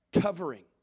covering